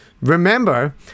Remember